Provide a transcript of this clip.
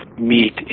meet